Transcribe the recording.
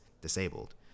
disabled